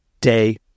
day